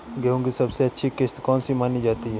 गेहूँ की सबसे अच्छी किश्त कौन सी मानी जाती है?